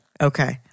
Okay